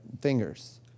fingers